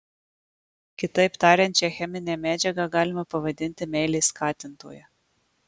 kitaip tariant šią cheminę medžiagą galima pavadinti meilės skatintoja